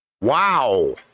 Wow